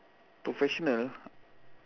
professional